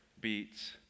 beats